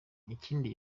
ikindi